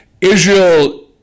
Israel